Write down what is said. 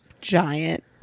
giant